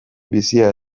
bizia